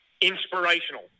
Inspirational